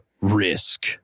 risk